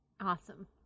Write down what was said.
Awesome